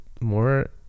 more